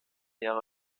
jahre